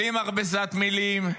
בלי מכבסת מילים,